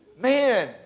Man